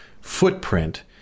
footprint